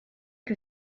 que